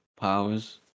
powers